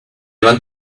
want